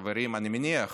חברים, אני מניח,